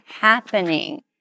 happening